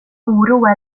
oroa